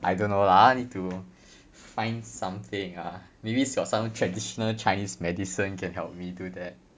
I don't know lah ah need to find something ah maybe use your some traditional chinese medicine can help me do that